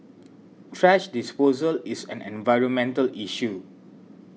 thrash disposal is an environmental issue